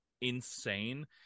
insane